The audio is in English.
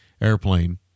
Airplane